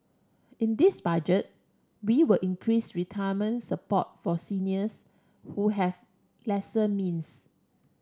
in this Budget we will increase retirement support for seniors who have lesser means